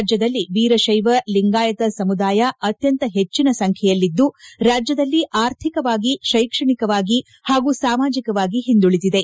ರಾಜ್ಯದಲ್ಲಿ ವೀರಶೈವ ಲಿಂಗಾಯತ ಸಮುದಾಯ ಅತ್ಯಂತ ಪೆಚ್ಚಿನ ಸಂಬೈಯಲ್ಲಿದ್ದು ರಾಜ್ಯದಲ್ಲಿ ಅರ್ಥಿಕವಾಗಿ ಕೈಕ್ಷಣಿಕವಾಗಿ ಹಾಗೂ ಸಾಮಾಜಿಕವಾಗಿ ಒಂದುಳಿದಿದೆ